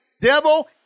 devil